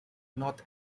north